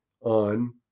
on